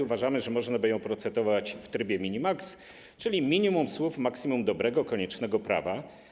Uważamy, że można by procedować nad nią w trybie mini-max, czyli minimum słów, maksimum dobrego, koniecznego prawa.